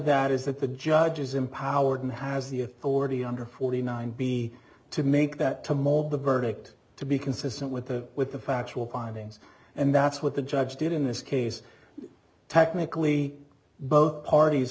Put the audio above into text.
that is that the judge is empowered and has the authority under forty nine dollars b to make that to mold the verdict to be consistent with the with the factual findings and that's what the judge did in this case technically both parties